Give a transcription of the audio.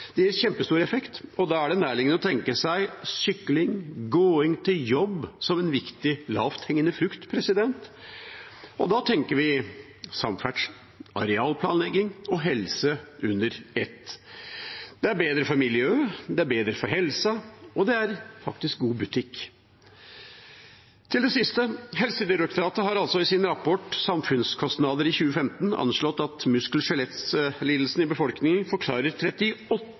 det gir resultater. Det har kjempestor effekt, og da er det nærliggende å tenke seg sykling og gåing til jobb som en viktig, lavthengende frukt. Da tenker vi samferdsel, arealplanlegging og helse under ett. Det er bedre for miljøet, det er bedre for helsa, og det er faktisk god butikk. Til det siste: Helsedirektoratet har i sin rapport om samfunnskostnader i 2015 anslått at muskel- og skjelettlidelser i befolkningen forklarer 38